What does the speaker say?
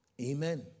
Amen